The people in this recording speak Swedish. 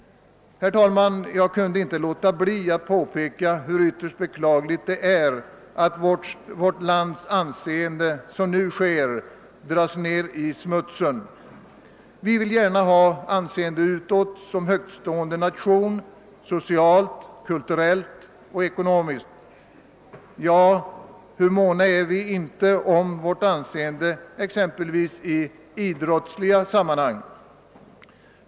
Herr talman! Jag kan inte låta bli att påpeka hur ytterst beklagligt det är att vårt lands anseende såsom nu sker dras ner i smutsen. Vi vill gärna ha anseende utåt såsom högtstående nation, socialt, kulturellt och ekonomiskt. Ja, hur måna är vi inte om vårt anseende exempelvis i idrottsliga sammanhang.